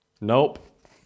Nope